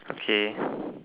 okay